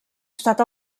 estat